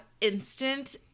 instant